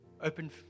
open